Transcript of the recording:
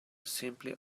simply